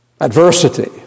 adversity